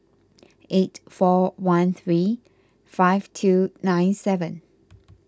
eight four one three five two nine seven